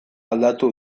aldatu